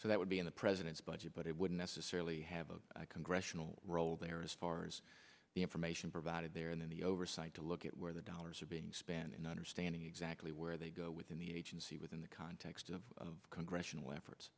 so that would be in the president's budget but it would necessarily have a congressional role there as far as the information provided there and then the oversight to look at where the dollars are being spent in understanding exactly where they go within the agency within the context of congressional efforts